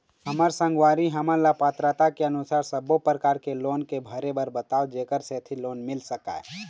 हमर संगवारी हमन ला पात्रता के अनुसार सब्बो प्रकार के लोन के भरे बर बताव जेकर सेंथी लोन मिल सकाए?